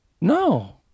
no